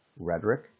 Rhetoric